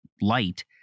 light